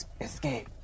escape